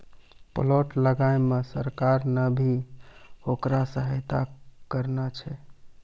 plant लगाय मॅ सरकार नॅ भी होकरा सहायता करनॅ छै